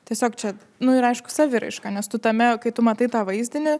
tiesiog čia nu ir aišku saviraiška nes tu tame kai tu matai tą vaizdinį